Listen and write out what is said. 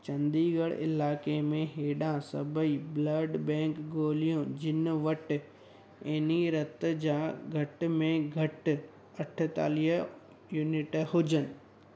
चंडीगढ़ इलाइके में हेॾा सभई ब्लड बैंक ॻोल्हियो जिन वटि एनी रत जा घटि में घटि अठेतालीह यूनिट हुजन